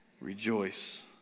Rejoice